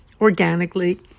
Organically